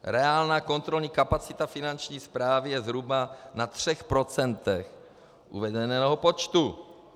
Reálná kontrolní kapacita Finanční správy je zhruba na třech procentech uvedeného počtu.